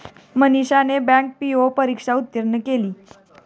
मनीषाने bank P O परीक्षा उत्तीर्ण केली